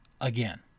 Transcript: again